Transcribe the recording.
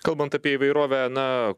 kalbant apie įvairovę na